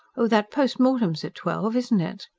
oh, that post-mortem's at twelve, isn't it?